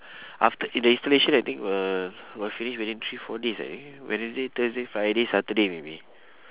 after eh the installation I think will will finish within three four days I think wednesday thursday friday saturday maybe